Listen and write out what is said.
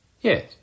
Yes